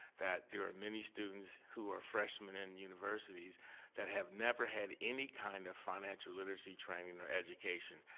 that there are many students who are freshmen in universities that have never had any kind of financial literacy training or education.